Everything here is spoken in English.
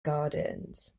gardens